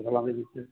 ਫਸਲਾਂ ਦੇ ਵਿੱਚ